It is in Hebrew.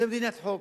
זה מדינת חוק.